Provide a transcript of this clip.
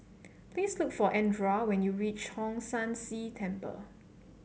please look for Andra when you reach Hong San See Temple